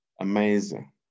amazing